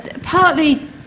partly